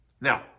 now